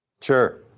Sure